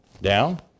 Down